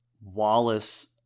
Wallace